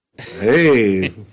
hey